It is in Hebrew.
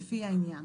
לפי העניין.